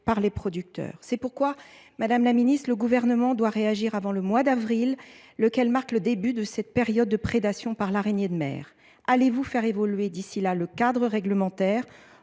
par les producteurs. C’est pourquoi, madame la ministre, le Gouvernement doit réagir avant le mois d’avril, qui marque le début de la période de prédation par l’araignée de mer. Allez vous faire évoluer d’ici là le cadre réglementaire